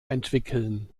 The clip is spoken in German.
entwickeln